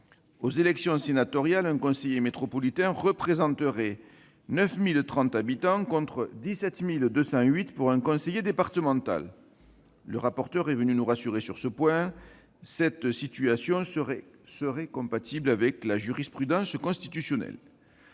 Aux élections sénatoriales, un conseiller métropolitain représenterait 9 030 habitants, contre 17 208 habitants pour un conseiller départemental. La rapporteure nous a rassurés sur ce point, cette situation serait compatible avec la jurisprudence constitutionnelle.